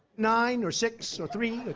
nine or six or three